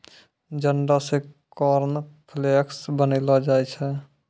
जंडा से कॉर्नफ्लेक्स बनैलो जाय छै